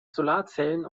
solarzellen